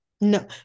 No